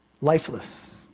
lifeless